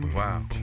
wow